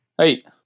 Hey